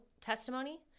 testimony